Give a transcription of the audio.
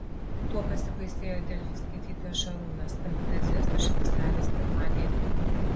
tuo pasibaisėjo delfi skaitytojas šarūnas kamikadzes užfiksavęs pirmadienį